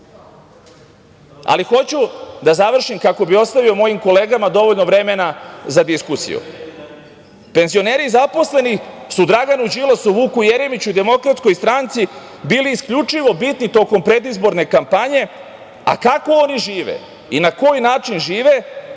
portala. Hoću da završim, kako bih ostavio mojim kolegama dovoljno vremena za diskusiju. Penzioneri i zaposleni su Draganu Đilasu, Vuku Jeremiću, DS bili isključivo bitni tokom predizborne kampanje, a kako oni žive i na koji način žive,